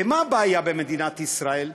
ומה הבעיה במדינת ישראל?